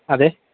അതെ